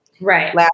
Right